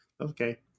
Okay